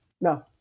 no